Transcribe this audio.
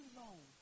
long